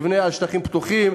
יבנה על שטחים פתוחים,